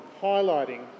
highlighting